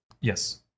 Yes